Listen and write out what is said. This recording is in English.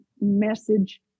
message